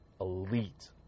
elite